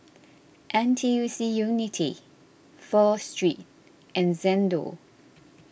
N T U C Unity Pho Street and Xndo